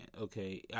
okay